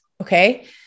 Okay